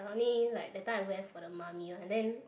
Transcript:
only like that time I wear for the Mummy one and then